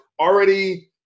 already